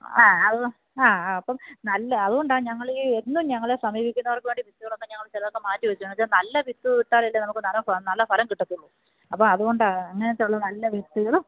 ആ ആ അതുകൊണ്ട് ആ ആ അപ്പം നല്ല അതുകൊണ്ടാണ് ഞങ്ങളീ എന്നും ഞങ്ങളെ സമീപിക്കുന്നവർക്ക് വേണ്ടി വിത്തുകളൊക്കെ ഞങ്ങൾ ചിലതൊക്കെ മാറ്റി വെച്ചിട്ടുണ്ട് നല്ല വിത്ത് ഇട്ടാലല്ലേ നമുക്ക് നല്ല ഫ നല്ല ഫലം കിട്ടത്തുള്ളൂ അപ്പോൾ അതുകൊണ്ടാണ് അങ്ങനെത്തെയുള്ള നല്ല വിത്തുകളും